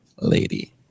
lady